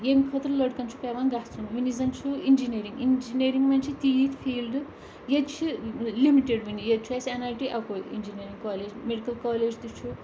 ییٚمہِ خٲطرٕ لٔڑکَن چھُ پیٚوان گژھُن وُنی زَن چھُ اِنجینٔرِنٛگ اِنجٔرِنٛگ منٛز چھِ تیٖتۍ فیٖلڈٕ ییٚتہِ چھِ لِمٹِڈ وٕنہِ ییٚتہِ چھُ اَسہِ این آۍ ٹی اَکُوے اِنجینٔرِنٛگ کالیج میڈِکَل کالیج تہِ چھُ